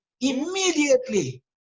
immediately